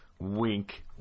Wink